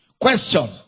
Question